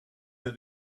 that